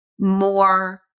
more